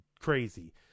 crazy